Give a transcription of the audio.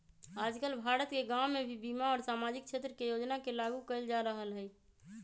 आजकल भारत के गांव में भी बीमा और सामाजिक क्षेत्र के योजना के लागू कइल जा रहल हई